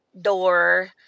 door